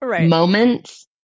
Moments